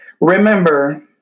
Remember